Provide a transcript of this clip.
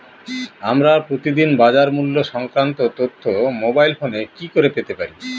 আমরা প্রতিদিন বাজার মূল্য সংক্রান্ত তথ্য মোবাইল ফোনে কি করে পেতে পারি?